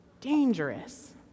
dangerous